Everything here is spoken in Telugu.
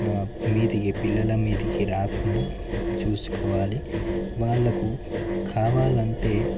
మీదకి పిల్లల మీదకి రాకుండా చూసుకోవాలి వాళ్ళకు కావాలంటే